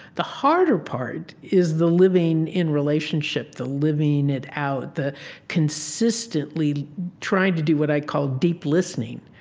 the harder part is the living in relationship, the living it out, the consistently trying to do what i call deep listening,